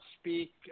speak